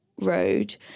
road